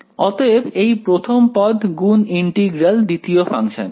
অতএব এই প্রথম পদ গুণ ইন্টিগ্রাল দ্বিতীয় ফাংশানের